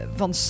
van